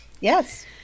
Yes